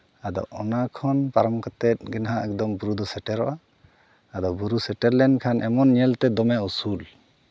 ᱟᱫᱚ ᱚᱱᱟ ᱠᱷᱚᱱ ᱯᱟᱨᱚᱢ ᱠᱟᱛᱮᱫ ᱜᱮ ᱱᱟᱦᱟᱜ ᱵᱩᱨᱩ ᱫᱚ ᱥᱮᱴᱮᱨᱚᱜᱼᱟ ᱟᱫᱚ ᱵᱩᱨᱩ ᱥᱮᱴᱮᱨ ᱞᱮᱱᱠᱷᱟᱱ ᱮᱢᱚᱱ ᱧᱮᱞᱛᱮ ᱫᱚᱢᱮ ᱩᱥᱩᱞ